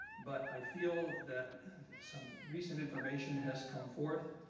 but i feel that some recent information has come forth.